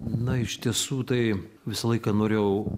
na iš tiesų tai visą laiką norėjau